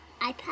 iPad